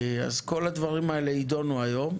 כל הדברים האלה יידונו היום.